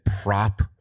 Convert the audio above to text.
prop